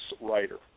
writer